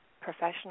professional